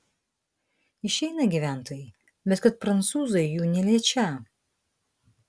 išeina gyventojai bet kad prancūzai jų neliečią